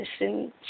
listen